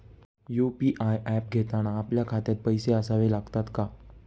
UPI app घेताना आपल्या खात्यात पैसे असावे लागतात का?